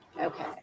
Okay